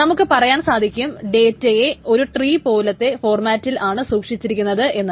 നമുക്ക് പറയാൻ സാധിക്കും ഡേറ്റയെ ഒരു ട്രീ പോലത്തെ ഫോർമാറ്റിൽ ആണ് സൂക്ഷിച്ചിരിക്കുന്നത് എന്ന്